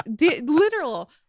literal